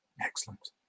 Excellent